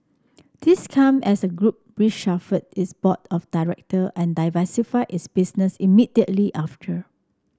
this come as the group reshuffled its board of director and diversified its business immediately after